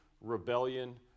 rebellion